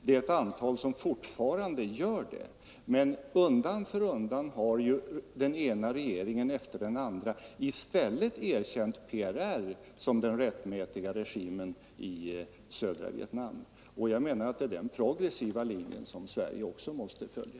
Det är ett antal som fortfarande gör det, men undan för undan har den ena regeringen efter den andra i stället erkänt PRR som den rättmätiga regimen i södra Vietnam. Jag menar att det är den progressiva linje som Sverige också måste följa.